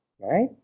Right